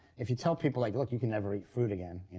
if you tell people, like look, you can never eat fruit again.